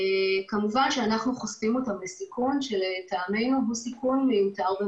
אנחנו חושפים אותם לסיכון שלטעמנו הוא סיכון מיותר.